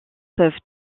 peuvent